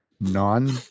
non